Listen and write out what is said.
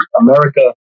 America